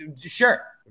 sure